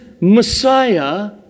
Messiah